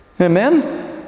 Amen